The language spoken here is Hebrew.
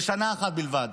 לשנה אחת בלבד.